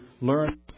learn